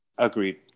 Agreed